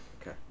Okay